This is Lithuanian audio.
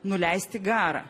nuleisti garą